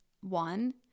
one